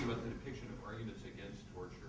the depiction of arguments against torture?